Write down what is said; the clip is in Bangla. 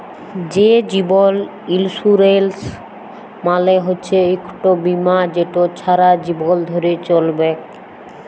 যে জীবল ইলসুরেলস মালে হচ্যে ইকট বিমা যেট ছারা জীবল ধ্যরে চ্যলবেক